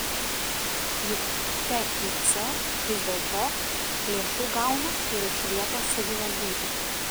juk tic vis dėlto lėšų gauna ir iš vietos savivaldybių